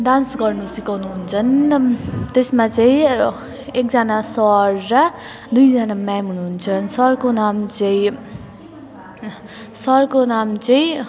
dance गर्नु सिकाउनुहुन्छ त्यसमा चाहिँ एकजना सर र दुईजना म्याम हुनुहुन्छ सरको नाम चाहिँ सरको नाम चाहिँ